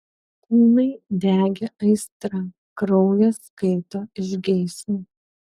kūnai degė aistra kraujas kaito iš geismo